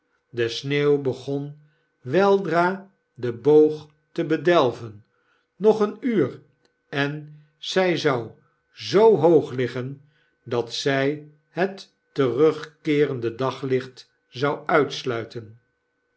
de sneeuw begon weldra den boog te bedel ven nog een uur en zy zou zoo hoog liggen dat zij het terugkeerende daglicht zou uitsluiten